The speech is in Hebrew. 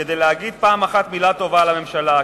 כדי להגיד פעם אחת מלה טובה על הממשלה,